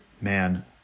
man